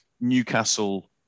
Newcastle